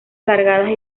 alargadas